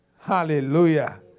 Hallelujah